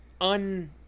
un